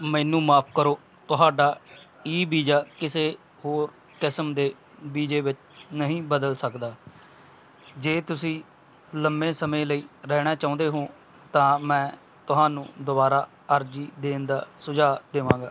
ਮੈਨੂੰ ਮਾਫ਼ ਕਰੋ ਤੁਹਾਡਾ ਈ ਵੀਜਾ ਕਿਸੇ ਹੋਰ ਕਿਸਮ ਦੇ ਵੀਜੇ ਵਿੱਚ ਨਹੀਂ ਬਦਲ ਸਕਦਾ ਜੇ ਤੁਸੀਂ ਲੰਬੇ ਸਮੇਂ ਲਈ ਰਹਿਣਾ ਚਾਹੁੰਦੇ ਹੋ ਤਾਂ ਮੈਂ ਤੁਹਾਨੂੰ ਦੁਬਾਰਾ ਅਰਜ਼ੀ ਦੇਣ ਦਾ ਸੁਝਾਅ ਦੇਵਾਂਗਾ